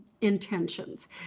intentions